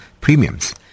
premiums